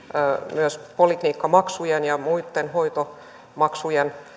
myös poliklinikkamaksujen ja muiden hoitomaksujen